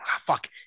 fuck